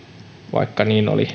vaikka niin oli alun alkaen tarkoitus